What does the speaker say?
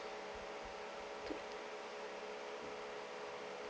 to